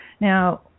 Now